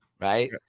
right